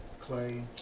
Clay